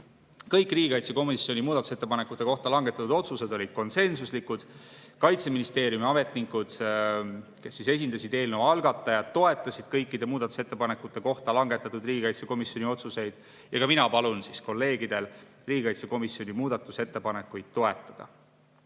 Kõik riigikaitsekomisjoni muudatusettepanekute kohta langetatud otsused olid konsensuslikud. Kaitseministeeriumi ametnikud, kes esindasid eelnõu algatajat, toetasid kõikide muudatusettepanekute kohta langetatud riigikaitsekomisjoni otsuseid. Ka mina palun kolleegidel riigikaitsekomisjoni muudatusettepanekuid toetada.